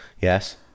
Yes